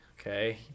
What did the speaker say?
okay